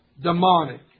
demonic